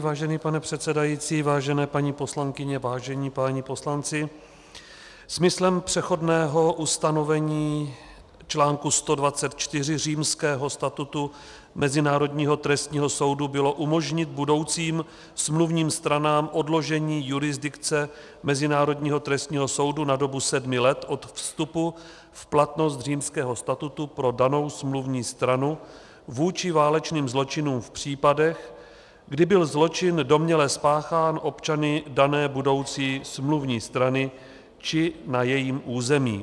Vážený pane předsedající, vážené paní poslankyně, vážení páni poslanci, smyslem přechodného ustanovení článku 124 Římského statutu Mezinárodního trestního soudu bylo umožnit budoucím smluvním stranám odložení jurisdikce Mezinárodního trestního soudu na dobu sedmi let od vstupu v platnost Římského statutu pro danou smluvní stranu vůči válečným zločinům v případech, kdy byl zločin domněle spáchán občany dané budoucí smluvní strany či na jejím území.